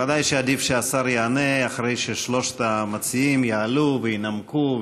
ודאי שעדיף שהשר יענה אחרי ששלושת המציעים יעלו וינמקו,